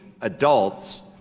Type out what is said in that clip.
adults